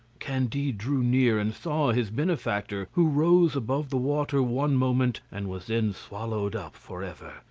candide drew near and saw his benefactor, who rose above the water one moment and was then swallowed up for ever.